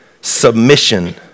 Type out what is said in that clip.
submission